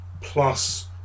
plus